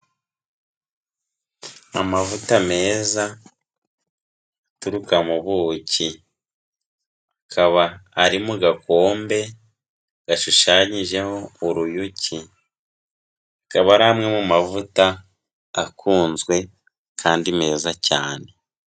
Amavuta meza aturuka mu buki, akaba ari mu gakombe gashushanyijeho uruyuki, akaba ari amwe mu mavuta akunzwe kandi meza cyane.